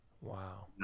Wow